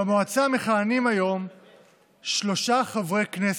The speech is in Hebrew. במועצה מכהנים היום שלושה חברי כנסת,